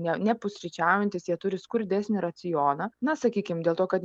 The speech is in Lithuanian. ne nepusryčiaujantys jie turi skurdesnį racioną na sakykim dėl to kad